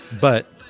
But-